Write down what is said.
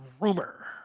rumor